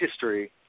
history